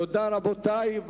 תודה, רבותי.